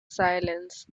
silence